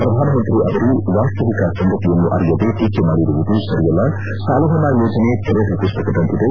ಪ್ರಧಾನಮಂತ್ರಿ ಆವರು ವಾಸ್ತವಿಕ ಸಂಗತಿಯನ್ನು ಅರಿಯದೆ ಟೀಕೆ ಮಾಡಿರುವುದು ಸರಿಯಲ್ಲ ಸಾಲಮನ್ನಾ ಯೋಜನೆ ತೆರೆದ ಪುಸ್ತಕದಂತಿದೆ